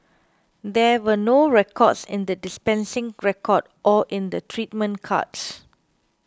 there were no records in the dispensing record or in the treatment cards